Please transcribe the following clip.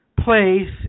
place